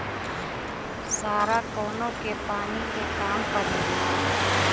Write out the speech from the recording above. सारा कौनो के पानी के काम परेला